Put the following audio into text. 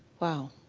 wow.